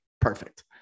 Perfect